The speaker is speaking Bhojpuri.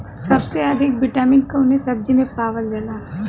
सबसे अधिक विटामिन कवने सब्जी में पावल जाला?